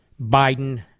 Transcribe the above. Biden